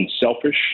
unselfish